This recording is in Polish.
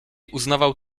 uznawał